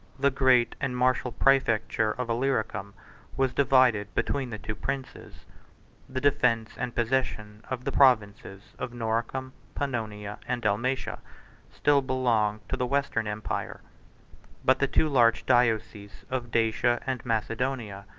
the great and martial praefecture of illyricum was divided between the two princes the defence and possession of the provinces of noricum, pannonia, and dalmatia still belonged to the western empire but the two large dioceses of dacia and macedonia,